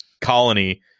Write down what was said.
colony